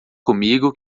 comigo